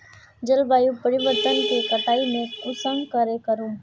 जलवायु परिवर्तन के कटाई में कुंसम करे करूम?